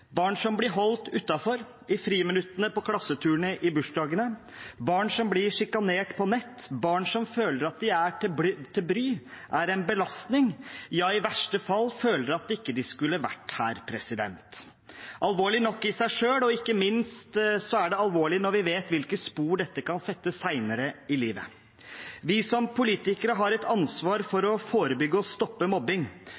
i bursdagene, barn som blir sjikanert på nett, barn som føler at de er til bry og er en belastning, ja i verste fall føler at de ikke skulle vært her. Dette er alvorlig nok i seg selv, og ikke minst er det alvorlig når vi vet hvilke spor dette kan sette senere i livet. Vi som politikere har et ansvar for